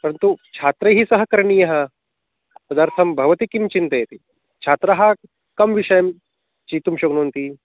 परन्तु छात्रैः सह करणीयः तदर्थं भवती किं चिन्तयति छात्राः कं विषयं चेतुं शक्नुवन्ति